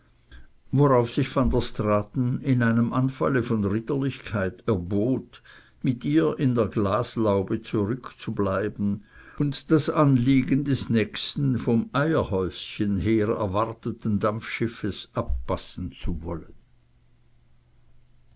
der straaten in einem anfalle von ritterlichkeit erbot mit ihr in der glaslaube zurückbleiben und das anlegen des nächsten vom eierhäuschen her erwarteten dampfschiffes abpassen zu wollen